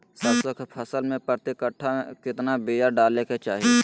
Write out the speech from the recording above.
सरसों के फसल में प्रति कट्ठा कितना बिया डाले के चाही?